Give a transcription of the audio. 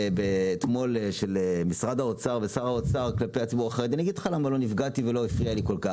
תכניות משרד האוצר והממשלה לסיוע כלכלי